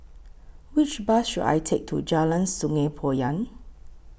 Which Bus should I Take to Jalan Sungei Poyan